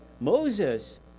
Moses